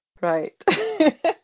Right